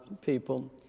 people